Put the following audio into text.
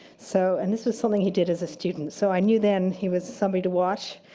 so and this was something he did as a student, so i knew then he was somebody to watch.